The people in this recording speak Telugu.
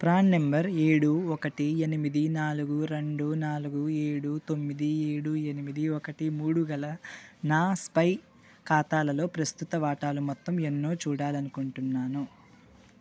ప్రాన్ నంబర్ ఏడు ఒకటి ఎనిమిది నాలుగు రెండు నాలుగు ఏడు తొమ్మిది ఏడు ఎనిమిది ఒకటి మూడు గల నా స్పై ఖాతాలలో ప్రస్తుత వాటాలు మొత్తం ఎన్నో చూడాలనుకుంటున్నాను